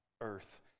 earth